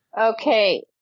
okay